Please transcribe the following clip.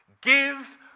give